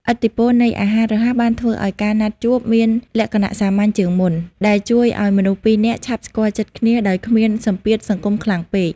ឥទ្ធិពលនៃអាហាររហ័សបានធ្វើឱ្យការណាត់ជួបមានលក្ខណៈសាមញ្ញជាងមុន ដែលជួយឱ្យមនុស្សពីរនាក់ឆាប់ស្គាល់ចិត្តគ្នាដោយគ្មានសម្ពាធសង្គមខ្លាំងពេក។